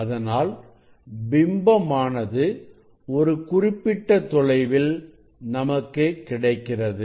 அதனால் பிம்பம் ஆனது ஒரு குறிப்பிட்ட தொலைவில் நமக்கு கிடைக்கிறது